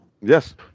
yes